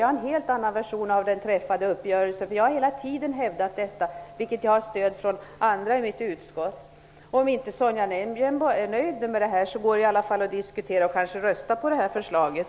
Jag har en helt annan version av den träffade uppgörelsen. Jag har hela tiden hävdat detta, vilket andra i utskottet kan stödja. Även om inte Sonja Rembo är nöjd med detta går det i alla fall att diskutera och kanske rösta på det här förslaget.